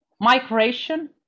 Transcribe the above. migration